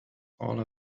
all